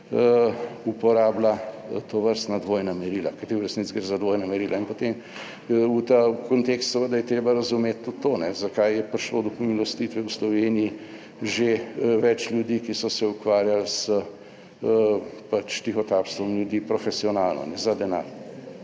uporablja tovrstna dvojna merila, kajti v resnici gre za dvojna merila in potem v ta kontekst seveda je treba razumeti tudi to, zakaj je prišlo do pomilostitve v Sloveniji že več ljudi, ki so se ukvarjali s pač tihotapstvom ljudi profesionalno, kajne, za denar.